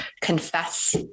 confess